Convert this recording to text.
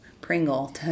Pringle